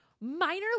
Minor